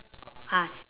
ah s~